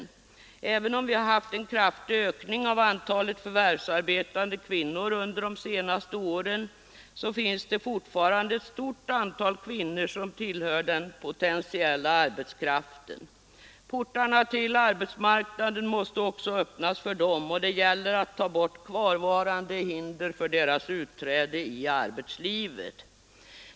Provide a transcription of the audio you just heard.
Även om vi har haft en kraftig ökning av antalet förvärvsarbetande kvinnor under de senaste åren, finns det fortfarande en stor mängd kvinnor som tillhör den potentiella arbetskraften. Portarna till arbetsmarknaden måste öppnas också för dem. Det gäller att ta bort kvarvarande hinder för deras utträde i arbetslivet.